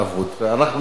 ואנחנו נעשה את זה.